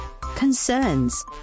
concerns